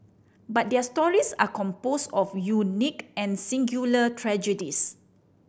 but their stories are composed of unique and singular tragedies